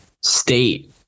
state